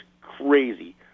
crazy